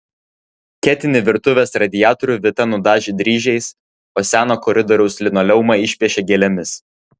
ketinį virtuvės radiatorių vita nudažė dryžiais o seną koridoriaus linoleumą išpiešė gėlėmis